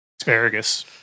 asparagus